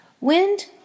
Wind